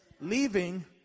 Leaving